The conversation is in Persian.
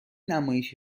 نمایش